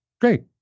great